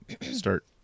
start